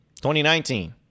2019